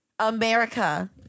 America